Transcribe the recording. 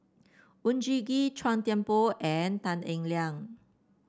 Oon Jin Gee Chua Thian Poh and Tan Eng Liang